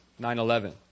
9/11